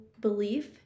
belief